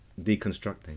deconstructing